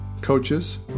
coaches